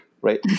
Right